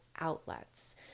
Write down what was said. outlets